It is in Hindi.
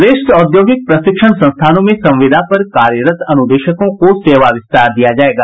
प्रदेश के औद्योगिक प्रशिक्षण संस्थानों में संविदा पर कार्यरत अनुदेशकों को सेवा विस्तार दिया जाएगा